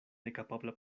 nekapabla